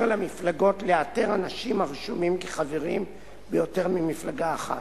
למפלגות לאתר אנשים הרשומים כחברים ביותר ממפלגה אחת.